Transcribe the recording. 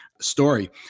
story